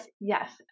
yes